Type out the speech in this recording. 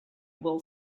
will